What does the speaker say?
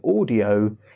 audio